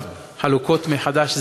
ויפה שעושים עכשיו חלוקות מחדש,